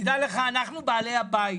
תדע לך, אנחנו בעלי הבית,